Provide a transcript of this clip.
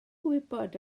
gwybod